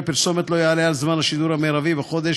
פרסומת לא יעלה על זמן השידור המרבי בחודש